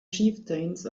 chieftains